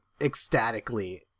ecstatically